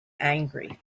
angry